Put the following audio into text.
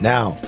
Now